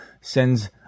sends